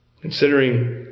considering